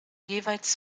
jeweils